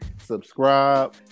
subscribe